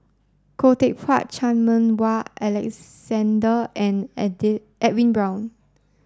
Khoo Teck Puat Chan Meng Wah and Edwin Brown